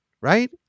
right